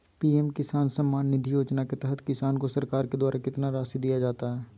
PM Kisan Samman Nidhi Yojana के तहत किसान को सरकार के द्वारा कितना रासि दिया जाता है?